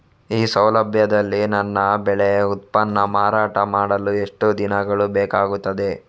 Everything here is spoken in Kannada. ಈ ಸೌಲಭ್ಯದಲ್ಲಿ ನನ್ನ ಬೆಳೆ ಉತ್ಪನ್ನ ಮಾರಾಟ ಮಾಡಲು ಎಷ್ಟು ದಿನಗಳು ಬೇಕಾಗುತ್ತದೆ?